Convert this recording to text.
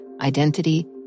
identity